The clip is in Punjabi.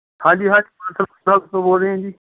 ਹਾਂਜੀ ਹਾਂਜੀ ਬੰਸਲ ਸੂਜ਼ ਹਾਊਸ ਤੋਂ ਬੋਲ ਰਹੇ ਹਾਂ ਜੀ